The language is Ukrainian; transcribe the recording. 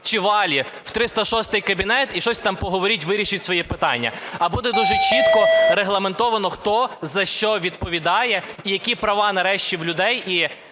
чи Валі в 306 кабінет і щось там поговоріть, вирішіть своє питання. А буде дуже чітко, регламентовано, хто за що відповідає і які права нарешті в людей, і